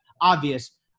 obvious